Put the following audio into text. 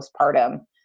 postpartum